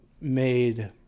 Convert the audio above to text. made